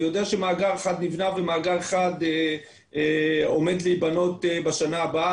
אני יודע שמאגר אחד נבנה ומאגר אחד עומד להיבנות בשנה הבאה.